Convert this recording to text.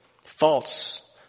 false